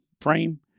frame